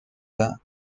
the